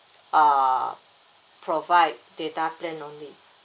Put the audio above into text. uh provide data plan only